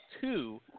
two